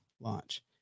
launch